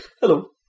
Hello